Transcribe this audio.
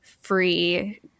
free